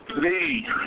Lee